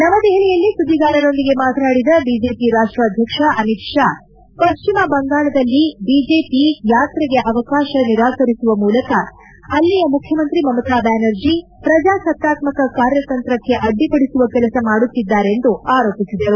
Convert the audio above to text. ನವದೆಪಲಿಯಲ್ಲಿ ಸುದ್ದಿಗಾರರೊಂದಿಗೆ ಮಾತನಾಡಿದ ಬಿಜೆಪಿ ರಾಷ್ಟಾಧ್ವಕ್ಷ ಅಮಿತ್ ಷಾ ಪಶ್ಚಿಮ ಬಂಗಾಳದಲ್ಲಿ ಬಿಜೆಪಿ ಯಾತ್ರೆಗೆ ಅವಕಾಶ ನಿರಾಕರಿಸುವ ಮೂಲಕ ಅಲ್ಲಿಯ ಮುಖ್ಯಮಂತ್ರಿ ಮಮತಾ ಬ್ಯಾನರ್ಜಿ ಪ್ರಜಾಸತ್ತಾತ್ಮಕ ಕಾರ್ಯತಂತ್ರಕ್ಕೆ ಅಡ್ಡಿಪಡಿಸುವ ಕೆಲಸ ಮಾಡುತ್ತಿದ್ದಾರೆಂದು ಆರೋಪಿಸಿದರು